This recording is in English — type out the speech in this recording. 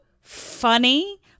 funny